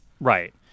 Right